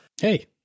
Hey